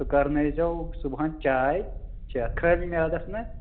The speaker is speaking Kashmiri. سُہ کَرنٲیزیٚو صُبحَن چاے چتھ خٲلے میادَس نہٕ